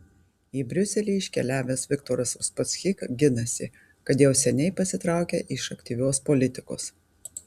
į briuselį iškeliavęs viktoras uspaskich ginasi kad jau seniai pasitraukė iš aktyvios politikos